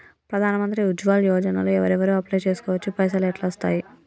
ప్రధాన మంత్రి ఉజ్వల్ యోజన లో ఎవరెవరు అప్లయ్ చేస్కోవచ్చు? పైసల్ ఎట్లస్తయి?